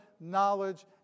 knowledge